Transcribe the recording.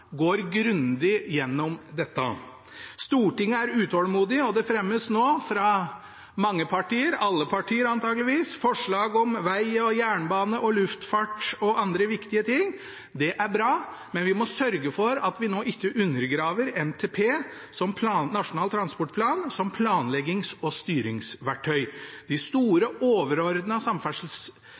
går grundig gjennom dette. Stortinget er utålmodig, og det fremmes nå fra mange partier – antageligvis fra alle partier – forslag om veg, jernbane, luftfart og andre viktig ting. Det er bra, men vi må sørge for at vi nå ikke undergraver Nasjonal transportplan som planleggings- og styringsverktøy. De